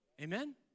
Amen